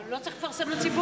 הוא לא צריך לפרסם לציבור?